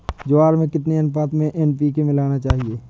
ज्वार में कितनी अनुपात में एन.पी.के मिलाना चाहिए?